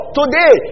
today